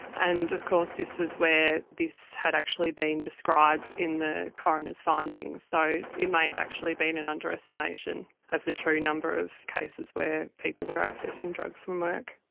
and of course this was where this had actually been described in the coroner's findings. so it may have actually been an underestimation of the true number of cases where people were accessing drugs from work.